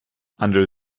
under